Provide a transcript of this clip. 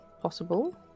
Possible